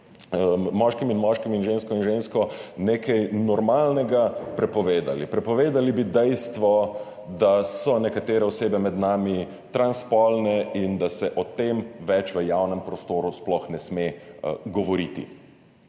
moškim in moškim in žensko in žensko, nekaj normalnega, prepovedali. Prepovedali bi dejstvo, da so nekatere osebe med nami transspolne, in se o tem več v javnem prostoru sploh ne sme govoriti.